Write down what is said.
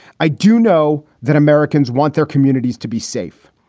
i do know that americans want their communities to be safe.